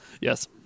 Yes